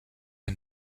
est